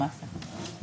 למעשה גורמי האכיפה.